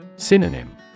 Synonym